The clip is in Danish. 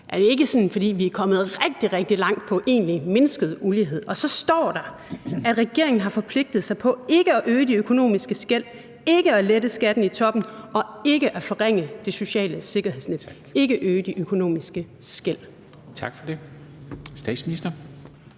er det ikke, fordi vi sådan er kommet rigtig, rigtig langt i forhold til egentlig mindsket ulighed – og så står der, at regeringen har forpligtet sig på ikke at øge de økonomiske skel, ikke at lette skatten i toppen og ikke at forringe det sociale sikkerhedsnet, altså ikke øge de økonomiske skel. Kl. 13:50 Formanden